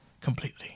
completely